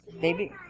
Baby